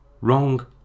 Wrong